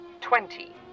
twenty